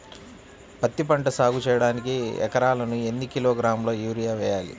పత్తిపంట సాగు చేయడానికి ఎకరాలకు ఎన్ని కిలోగ్రాముల యూరియా వేయాలి?